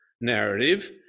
narrative